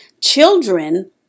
Children